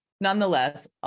nonetheless